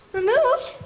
Removed